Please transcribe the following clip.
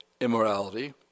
immorality